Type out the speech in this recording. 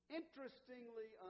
interestingly